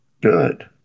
Good